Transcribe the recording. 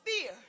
fear